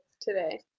today